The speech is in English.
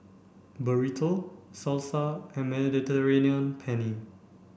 Burrito Salsa and Mediterranean Penne